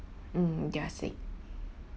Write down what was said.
mm they are sick